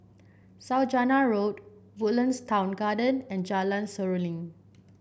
Saujana Road Woodlands Town Garden and Jalan Seruling